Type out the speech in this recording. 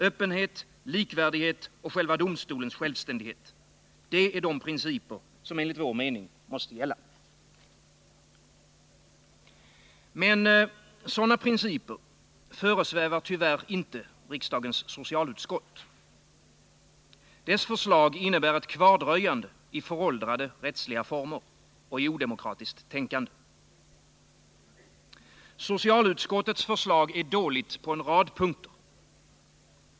Öppenhet, likvärdighet och själva domstolens självständighet — det är de principer som enligt vår mening måste gälla. d Men sådana principer föresvävar tyvärr inte riksdagens socialutskott. Dess förslag innebär ett kvardröjande i föråldrade rättsliga former och i odemokratiskt tänkande. Socialutskottets förslag är dåligt på en rad punkter.